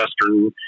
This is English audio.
western